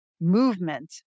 movement